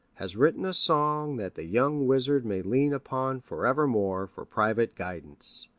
has written a song that the young wizard may lean upon forevermore for private guidance.